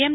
એમ